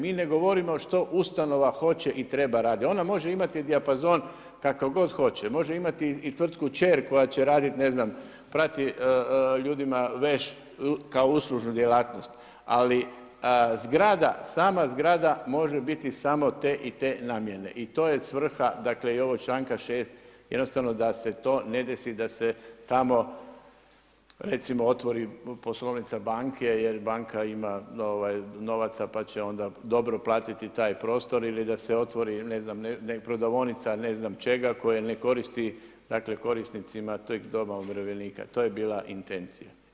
Mi ne govorimo što ustanova hoće i treba raditi, ona može imati dijapazon kako god hoće, može imati i tvrtku kćer koja će prati ljudima veš kao uslužnu djelatnost ali zgrada, sama zgrada može biti samo te i te namjene i to je svrha i ovog članka 6., jednostavno da se to ne desi, da se tamo recimo otvori poslovnica banke jer banka ima novaca pa će onda dobro platiti taj prostor ili da se otvori prodavaonica ne znam čega koja ne koristi korisnicima tog doma umirovljenika, to je bila intencija.